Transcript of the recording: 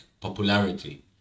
popularity